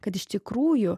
kad iš tikrųjų